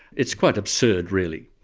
it's quite absurd really.